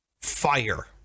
fire